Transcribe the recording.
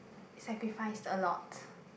sacrifice a lot